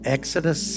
Exodus